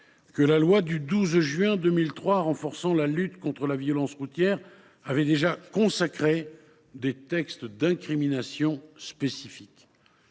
que la loi du 12 juin 2003 renforçant la lutte contre la violence routière avait déjà consacré des textes d’incriminations spécifiques.